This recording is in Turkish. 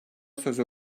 sözü